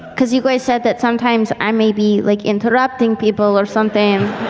because you guys said that sometimes i may be like interrupting people or something.